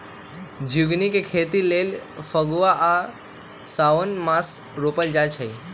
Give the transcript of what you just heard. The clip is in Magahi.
झिगुनी के खेती लेल फागुन आ साओंन मासमे रोपल जाइ छै